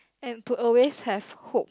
and to always have hope